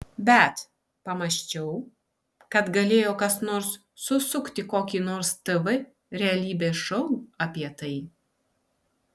bet pamąsčiau kad galėjo kas nors susukti kokį nors tv realybės šou apie tai